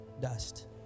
dust